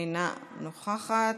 אינה נוכחת,